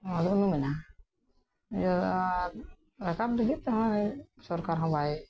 ᱩᱱᱩᱢᱮᱱᱟ ᱤᱭᱟᱹ ᱨᱟᱠᱟᱵ ᱞᱟᱹᱜᱤᱫ ᱛᱮᱦᱚᱸ ᱥᱚᱨᱠᱟᱨ ᱦᱚᱸ ᱵᱟᱭ